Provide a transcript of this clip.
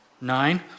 nine